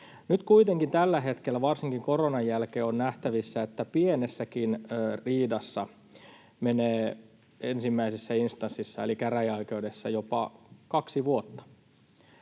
Nyt kuitenkin tällä hetkellä varsinkin koronan jälkeen on nähtävissä, että pienessäkin riidassa menee ensimmäisessä instanssissa eli käräjäoikeudessa jopa kaksi vuotta.